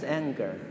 anger